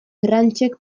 tranchek